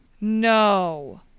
No